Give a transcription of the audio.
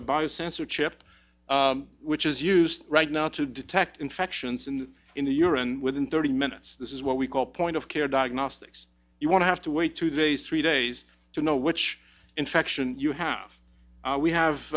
sensor chip which is used right now to detect infections and in the urine within thirty minutes this is what we call point of care diagnostics you want to have to wait two days three days to know which infection you have we